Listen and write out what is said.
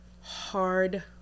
hard